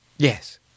Yes